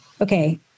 okay